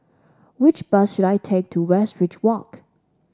which bus should I take to Westridge Walk